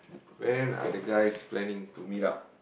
when are the guys planning to meet up